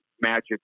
magic